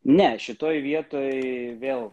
ne šitoje vietoj vėl